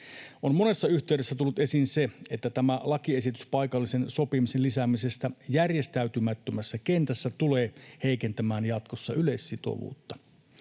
On monessa yhteydessä tullut esiin se, että tämä lakiesitys paikallisen sopimisen lisäämisestä järjestäytymättömässä kentässä tulee heikentämään jatkossa yleissitovuutta.